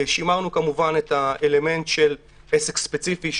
שימרנו כמובן את האלמנט של עסק ספציפי,